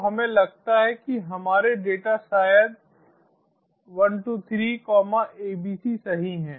तो हमें लगता है कि हमारे डेटा शायद 123 एबीसी सही है